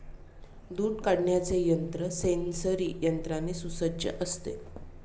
दूध काढण्याचे यंत्र सेंसरी यंत्राने सुसज्ज असतं